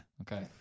Okay